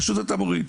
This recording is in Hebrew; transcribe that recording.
פשוט אתה מוריד.